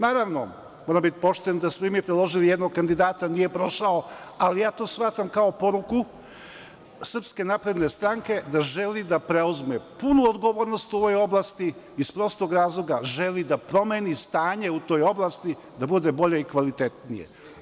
Naravno, moram biti pošten da smo i mi predložili jednog kandidata, nije prošao, ali ja to shvatam kao poruku SNS da želi da preuzme punu odgovornost u ovoj oblasti iz prostog razloga, želi da promeni stanje u toj oblasti, da bude bolje i kvalitetnije.